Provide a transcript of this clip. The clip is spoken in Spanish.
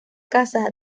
casa